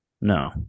No